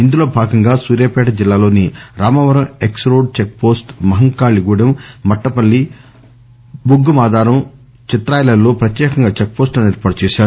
ఇందులో భాగంగా సూర్యాపేట జిల్లాలోని Ramavaram X road check post Mahankali Gudem Mattapalli Buggamadaram Chitryala లో ప్రత్యేకంగా చెక్ పోస్టులను ఏర్పాటు చేశారు